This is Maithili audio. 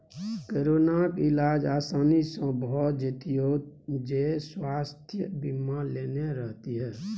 कोरोनाक इलाज आसानी सँ भए जेतियौ जँ स्वास्थय बीमा लेने रहतीह